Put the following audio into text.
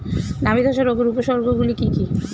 নাবি ধসা রোগের উপসর্গগুলি কি কি?